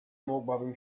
mogłabym